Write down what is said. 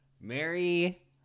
Mary